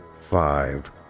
five